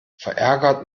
verärgert